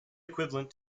equivalent